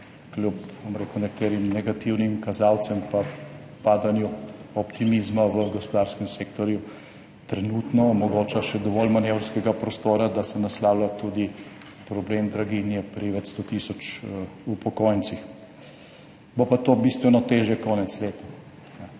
kljub, bom rekel, nekaterim negativnim kazalcem, pa padanju optimizma v gospodarskem sektorju, trenutno omogoča še dovolj manevrskega prostora, da se naslavlja tudi problem draginje pri več 100 tisoč upokojencih. Bo pa to bistveno težje konec leta.